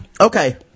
Okay